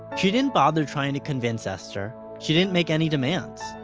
she didn't bother trying to convince esther. she didn't make any demands.